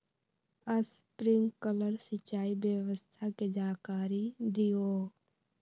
Sprinkler सिंचाई व्यवस्था के जाकारी दिऔ?